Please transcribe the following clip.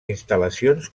instal·lacions